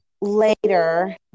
later